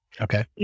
Okay